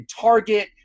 Target